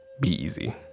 be easy